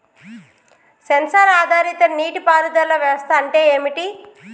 Censor ఆధారిత నీటి పారుదల వ్యవస్థ అంటే ఏమిటి?